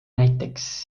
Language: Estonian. näiteks